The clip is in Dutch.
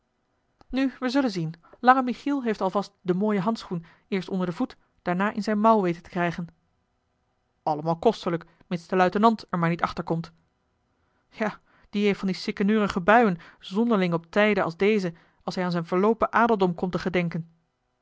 nu we zullen zien langen michiel heeft al vast den mooien handschoen eerst onder den voet daarna in zijne mouw weten te krijgen allemaal kostelijk mits de luitenant er maar niet achterkomt ja die heeft van die siekeneurige buien zonderling op tijden als deze als hij aan zijn verloopen adeldom komt te gedenken